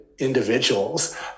Individuals